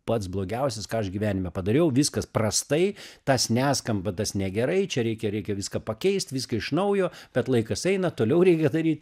pats blogiausias ką aš gyvenime padariau viskas prastai tas neskamba tas negerai čia reikia reikia viską pakeist viską iš naujo bet laikas eina toliau reikia daryt